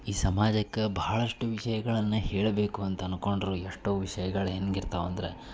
ಈ ಸಮಾಜಕ್ಕೆ ಭಾಳಷ್ಟು ವಿಷಯಗಳನ್ನು ಹೇಳಬೇಕು ಅಂತ ಅಂದ್ಕೊಂಡ್ರೂ ಎಷ್ಟೋ ವಿಷಯಗಳು ಹೆಂಗಿರ್ತವೆ ಅಂದರೆ